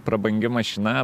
prabangi mašina